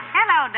Hello